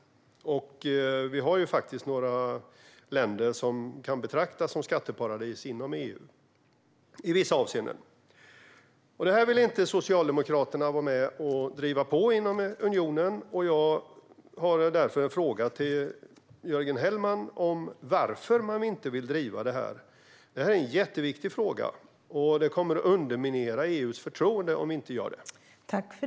Vi har faktiskt några länder i EU som i vissa avseenden kan betraktas som skatteparadis. Detta vill inte Socialdemokraterna vara med och driva inom unionen. Jag har därför en fråga till Jörgen Hellman: Varför vill man inte driva detta? Det är en jätteviktig fråga. Det kommer att underminera EU:s förtroende om vi inte gör detta.